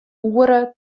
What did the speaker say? oere